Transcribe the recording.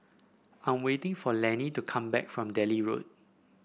I'm waiting for Lannie to come back from Delhi Road